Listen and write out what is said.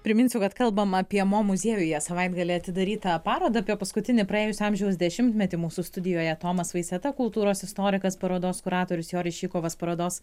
priminsiu kad kalbam apie mo muziejuje savaitgalį atidarytą parodą apie paskutinį praėjusio amžiaus dešimtmetį mūsų studijoje tomas vaiseta kultūros istorikas parodos kuratorius joris šykovas parodos